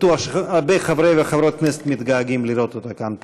בטוח שהרבה חברי וחברות כנסת מתגעגעים לראות אותה כאן פעם.